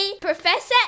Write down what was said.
Professor